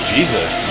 Jesus